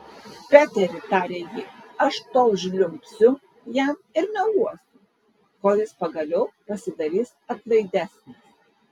peteri tarė ji aš tol žliumbsiu jam ir meluosiu kol jis pagaliau pasidarys atlaidesnis